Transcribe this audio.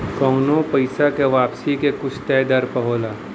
कउनो पइसा के वापसी के कुछ तय दर होला